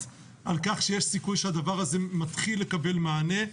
על כך שיש סיכוי שהדבר הזה מתחיל לקבל מענה.